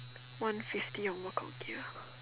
one fifty on one quite okay lah